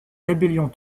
rébellions